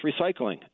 recycling